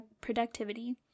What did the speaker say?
productivity